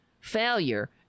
failure